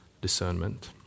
discernment